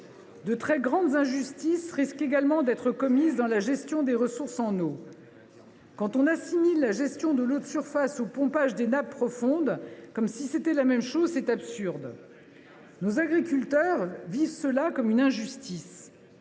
De très grandes injustices risquent également d’être commises dans la gestion des ressources en eau. Assimiler la gestion de l’eau de surface au pompage des nappes profondes, comme si c’était la même chose, c’est absurde. » Et les mégabassines ?« Nos agriculteurs le vivent comme une injustice.